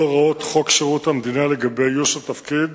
הוראות חוק שירות המדינה לגבי איוש התפקיד